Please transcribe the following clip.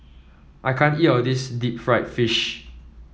I can't eat all of this Deep Fried Fish